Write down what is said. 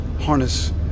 harness